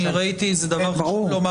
ראיתי, וזה דבר חשוב לומר